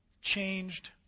changed